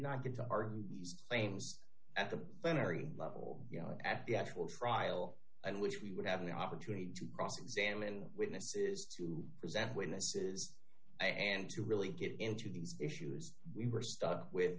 not get to our aims at the level you know at the actual trial and which we would have an opportunity to cross examine witnesses to present witnesses and to really get into these issues we were stuck with